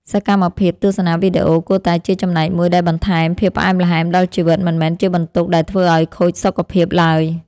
សកម្មភាពទស្សនាវីដេអូគួរតែជាចំណែកមួយដែលបន្ថែមភាពផ្អែមល្ហែមដល់ជីវិតមិនមែនជាបន្ទុកដែលធ្វើឱ្យខូចសុខភាពឡើយ។